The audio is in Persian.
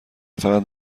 فقط